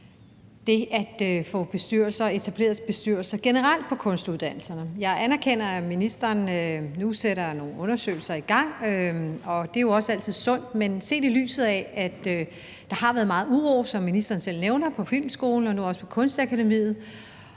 det at få etableret bestyrelser generelt på kunstuddannelserne. Jeg anerkender, at ministeren nu sætter nogle undersøgelser i gang, og det er jo også altid sundt, men set i lyset af, at der har været meget uro, som ministeren selv nævner, på Filmskolen og nu også på Kunstakademiet,